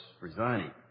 resigning